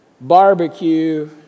barbecue